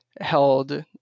held